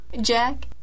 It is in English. Jack